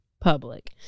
public